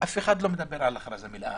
אף אחד לא מדבר על הכרזה מלאה.